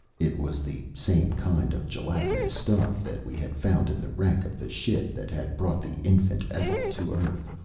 it was the same kind of gelatinous stuff that we had found in the wreck of the ship that had brought the infant etl to earth.